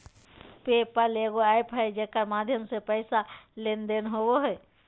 पे पल एगो एप्प है जेकर माध्यम से पैसा के लेन देन होवो हय